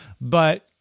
But-